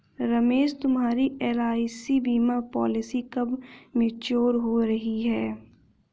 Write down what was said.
रमेश तुम्हारी एल.आई.सी बीमा पॉलिसी कब मैच्योर हो रही है?